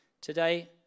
Today